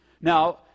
Now